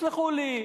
תסלחו לי,